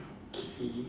okay